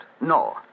No